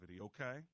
Okay